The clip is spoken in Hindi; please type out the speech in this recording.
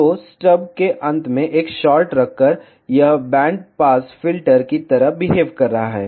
तो स्टब के अंत में एक शार्ट रखकर यह बैंड पास फिल्टर की तरह बिहेव कर रहा है